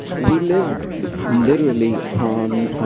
we lived literally on.